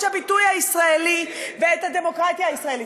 הביטוי הישראלי ואת הדמוקרטיה הישראלית.